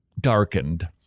Darkened